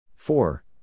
four